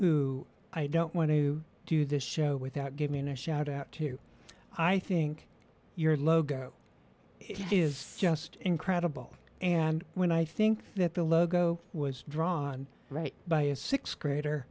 who i don't want to do this show without give me an issue out about two i think your logo is just incredible and when i think that the logo was drawn right by a th grader